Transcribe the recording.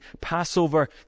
Passover